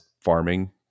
farming